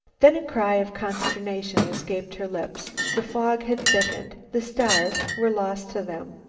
then a cry of consternation escaped her lips the fog had thickened the stars were lost to them.